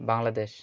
Bangladesh